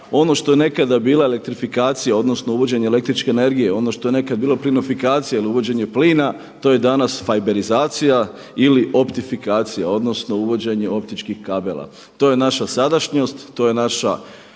ono što je nekad bila elektrifikacija odnosno uvođenje električne energije, ono što je nekad bila plinofikacija ili uvođenje plina to je danas fajberizacija ili optifikacija odnosno uvođenje optičkih kabela. To je naša sadašnjost, to je naša